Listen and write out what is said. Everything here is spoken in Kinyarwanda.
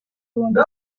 ibihumbi